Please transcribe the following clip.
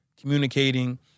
communicating